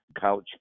couch